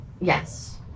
yes